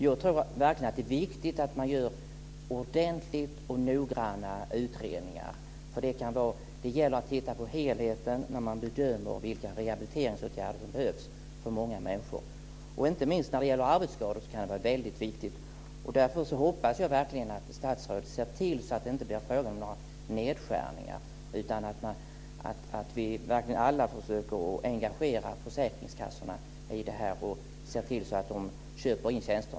Jag tror verkligen att det är viktigt att man gör ordentliga och noggranna utredningar. Det gäller att titta på helheten när man bedömer vilka rehabiliteringsåtgärder som behövs för många människor. Inte minst när det gäller arbetsskador kan det vara väldigt viktigt. Därför hoppas jag verkligen att statsrådet ser till att det inte blir fråga om några nedskärningar utan att alla försöker att engagera försäkringskassorna i det här och ser till att de köper in tjänster.